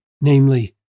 namely